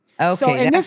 Okay